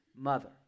mother